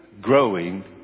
growing